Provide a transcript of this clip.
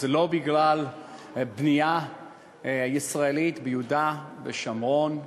זה לא בנייה ישראלית ביהודה ושומרון,